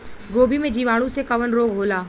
गोभी में जीवाणु से कवन रोग होला?